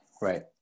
right